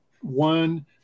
one